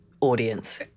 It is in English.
audience